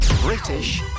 British